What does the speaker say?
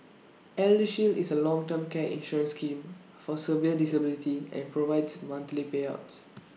eldershield is A long term care insurance scheme for severe disability and provides monthly payouts